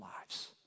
lives